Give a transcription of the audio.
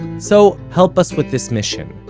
so help us with this mission.